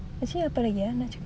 actually apa lagi eh nak cakap